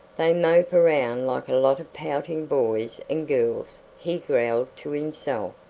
they mope around like a lot of pouting boys and girls, he growled to himself.